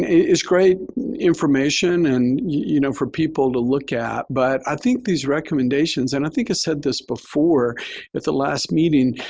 it's great information and, you know, for people to look at, but i think these recommendations and i think i said this before at the last meeting,